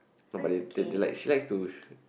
no but they they they like she likes to